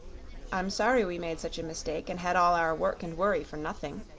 i'm sorry we made such a mistake, and had all our work and worry for nothing.